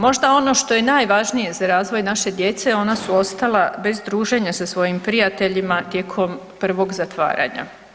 Možda ono što je i najvažnije za razvoj naše djece, ona su ostala bez druženja sa svojim prijateljima tijekom prvog zatvaranja.